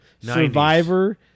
Survivor